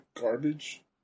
garbage